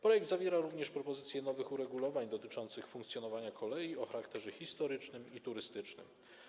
Projekt zawiera również propozycję nowych uregulowań dotyczących funkcjonowania kolei o charakterze historycznym i turystycznym.